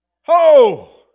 Ho